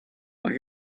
but